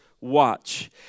watch